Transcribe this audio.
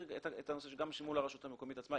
את הנושא גם מול הרשות המקומית עצמה,